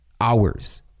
hours